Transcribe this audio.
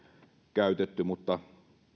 käytetty mutta